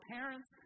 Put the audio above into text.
Parents